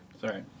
Sorry